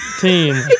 team